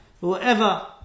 whoever